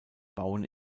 bauen